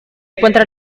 encuentra